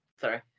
Sorry